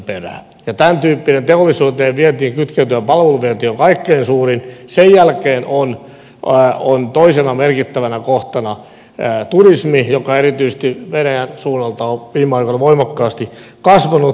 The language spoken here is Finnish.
tämän tyyppinen teollisuuteen ja vientiin kytkeytyvä palveluvienti on kaikkein suurin ja sen jälkeen on toisena merkittävänä kohtana turismi joka erityisesti venäjän suunnalta on viime aikoina voimakkaasti kasvanut